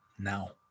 Now